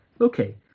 Okay